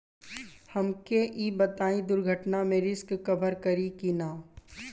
हमके ई बताईं दुर्घटना में रिस्क कभर करी कि ना?